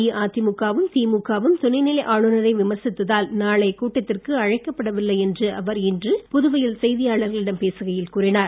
அஇஅதிமுக வும் திமுக வும் துணைநிலை ஆளுனரை விமர்சித்ததால் நாளைய கூட்டத்திற்கு அழைக்கப் படவில்லை என்று அவர் இன்று புதுவையில் செய்தியாளர்களிடம் பேசுகையில் கூறினார்